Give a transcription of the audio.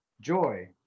joy